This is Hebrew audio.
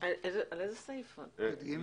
זה סעיף